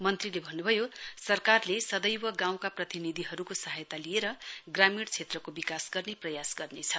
मन्त्रीले भन्नुभयो सरकारले सदैव गाउँका प्रतिनिधिहरुको सहायता लिएर ग्रामीण क्षेत्रको विकास गर्ने प्रयास गर्नेछ